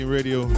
Radio